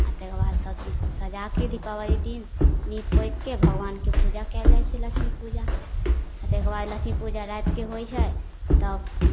आ तकर बाद सभचीज सजा कऽ दीपावली दिन नीपि पोति कऽ भगवानके पूजा कयल जाइ छै लक्ष्मी पूजा आ तकर बाद लक्ष्मी पूजा रातिकेँ होइ छै तब